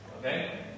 Okay